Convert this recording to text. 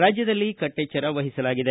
ರಾಜ್ಯದಲ್ಲಿ ಕಟ್ಟೆಚ್ಚರ ವಹಿಸಲಾಗಿದೆ